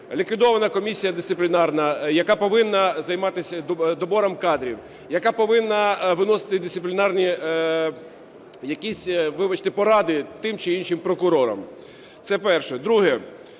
ліквідована комісія дисциплінарна, яка повинна займатися добором кадрів, яка повинна виносити дисциплінарні якісь, вибачте, поради тим чи іншим прокурорам. Це перше.